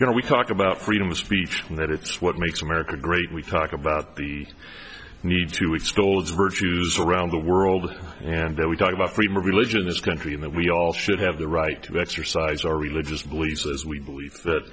you know we talk about freedom of speech and that it's what makes america great we talk about the need to weave scolds virtues around the world and that we talk about freedom of religion in this country and that we all should have the right to exercise our religious beliefs as we believe that